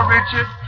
Richard